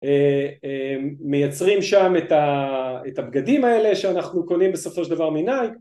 מייצרים שם את הבגדים האלה שאנחנו קונים בסופו של דבר מנייק